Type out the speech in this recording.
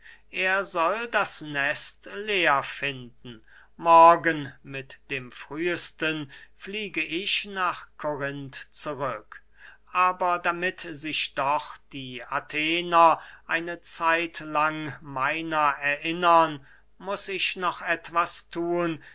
er soll das nest leer finden morgen mit dem frühesten fliege ich nach korinth zurück aber damit sich doch die athener eine zeitlang meiner erinnern muß ich noch etwas thun